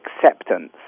acceptance